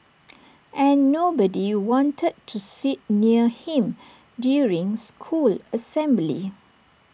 and nobody wanted to sit near him during school assembly